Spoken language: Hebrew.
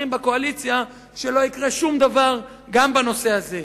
בקואליציה שלא יקרה שום דבר גם בנושא הזה.